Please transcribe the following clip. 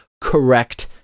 correct